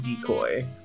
Decoy